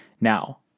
Now